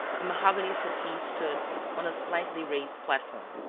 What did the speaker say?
a mahogany settee stood on a slightly-raised platform.